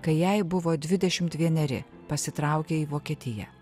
kai jai buvo dvidešim vieneri pasitraukė į vokietiją